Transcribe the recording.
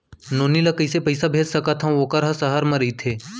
नोनी ल कइसे पइसा भेज सकथव वोकर ह सहर म रइथे?